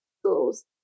schools